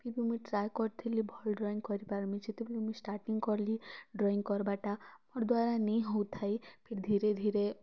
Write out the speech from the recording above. ଫିର୍ ବି ମୁଇଁ ଟ୍ରାଏ କରୁଥିଲି ଭଲ୍ ଡ଼୍ରଇଂ କରିପାରମି ଯେତେବେଲେ ମୁଇଁ ଷ୍ଟାର୍ଟିଂ କଲି ଡ଼୍ରଇଂ କରବାଟା ମୋର୍ ଦ୍ବାରା ନେଇ ହଉଥାଇ ଫିର୍ ଧୀରେ ଧୀରେ